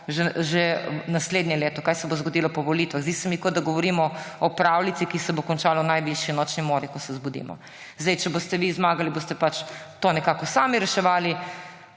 že naslednje leto, kaj se bo zgodilo po volitvah. Zdi se mi, kot da govorimo o pravljici, ki se bo končala v najvišji nočni mori, ko se zbudimo. Če boste vi zmagali, boste pač to nekako sami reševali,